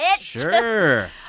Sure